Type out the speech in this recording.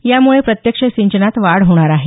यामुळे प्रत्यक्ष सिंचनात वाढ होणार आहे